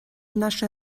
наше